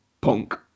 Punk